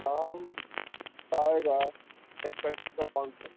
دام تو آئے گا ایک پیکٹ کا پانچ سو